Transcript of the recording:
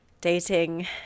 dating